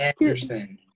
Anderson